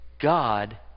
God